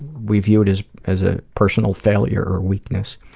we view it as as a personal failure or weakness.